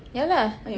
ya lah